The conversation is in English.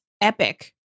epic